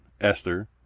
Esther